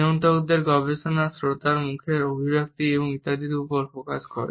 নিয়ন্ত্রকদের গবেষণা শ্রোতার মুখের অভিব্যক্তি ইত্যাদির উপর ফোকাস করে